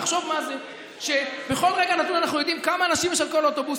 תחשוב מה זה שבכל רגע נתון אנחנו יודעים כמה אנשים יש על כל אוטובוס,